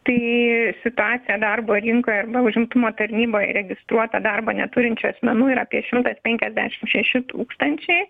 tai situacija darbo rinkoj arba užimtumo tarnyboj registruoto darbo neturinčių asmenų ir apie šimtas penkiasdešimt šeši tūkstančiai